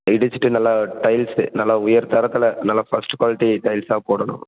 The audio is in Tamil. இடிச்சிட்டு நல்லா டைல்ஸ்ஸு நல்லா உயர் தரத்தில் நல்லா ஃபஸ்ட் குவாலிட்டி டைல்ஸ்ஸாக போடணும்